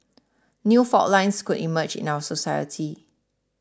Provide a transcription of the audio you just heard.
new fault lines could emerge in our society